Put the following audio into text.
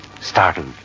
Startled